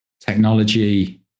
technology